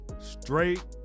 straight